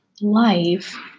life